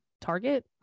Target